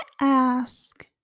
ask